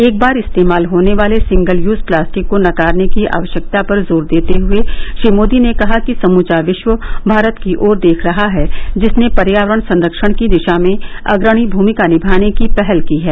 एक बार इस्तेमाल होने वाले सिंगल यूज प्लास्टिक को नकारने की आवश्यकता पर जोर देते हुए श्री मोदी ने कहा कि समूचा विश्व भारत की ओर देख रहा है जिसने पर्यावरण संरक्षण की दिशा में अग्रणी भूमिका निमाने की पहल की हैं